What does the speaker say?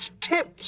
tips